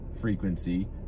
frequency